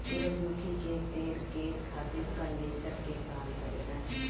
सूरजमुखी के तेल केस खातिर कंडिशनर के काम करेला